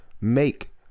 make